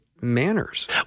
manners